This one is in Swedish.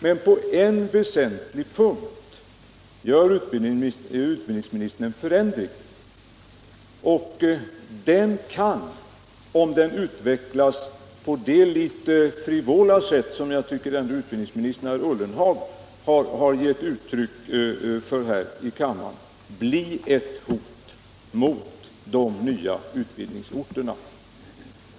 Men på en väsentlig punkt redovisar utbildningsministern ett förändrat synsätt, och det kan - om det utvecklas på det litet frivola sätt som jag tycker utbildningsministern och herr Ullenhag har gjort här i kammaren — innebära ett hot mot de nya utbildningsorterna.